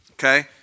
Okay